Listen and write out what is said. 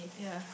ya